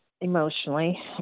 emotionally